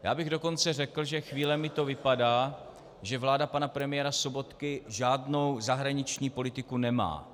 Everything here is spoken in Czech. Já bych dokonce řekl, že chvílemi to vypadá, že vláda pana premiéra Sobotky žádnou zahraniční politiku nemá.